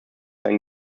einen